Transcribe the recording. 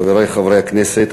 חברי חברי הכנסת,